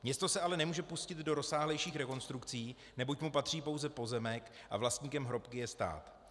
Město se ale nemůže pustit do rozsáhlejších rekonstrukcí, neboť mu patří pouze pozemek a vlastníkem hrobky je stát.